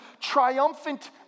triumphant